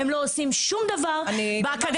הם לא עושים שום דבר באקדמיה,